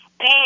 Hey